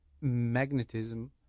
magnetism